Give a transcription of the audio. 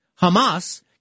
Hamas